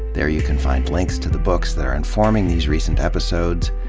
there you can find links to the books that are informing these recent episodes.